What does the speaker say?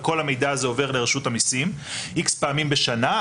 וכל המידע הזה עובר לרשות המסים מספר פעמים בשנה,